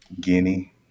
Guinea